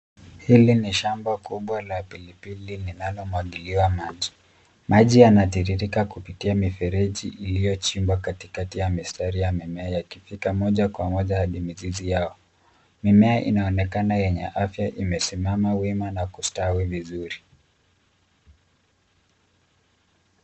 Hili ni shamba kubwa la pilipili linalomwagiliwa maji. Maji yanatiririka kupitia mifereji iliyochimbwa katikati ya mistari ya mimea yakifika moja kwa moja hadi mizizi yao. Mimea inaonekana yenye afya imesimama wima na kustawi vizuri.